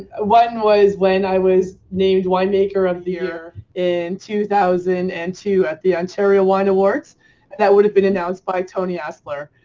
one was when i was named winemaker of the year in two thousand and two at the ontario wine awards. and that would have been announced by tony aspler.